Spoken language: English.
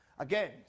Again